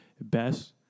best